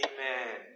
Amen